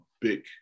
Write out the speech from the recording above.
big